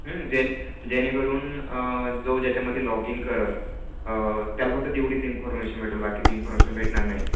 जे जेणेकरून जो ज्याच्यामध्ये लॉग इन करेल त्याला फक्त तेवढीच इन्फॉर्मेशन भेटेल बाकीची इन्फॉर्मेशन भेटणार नाही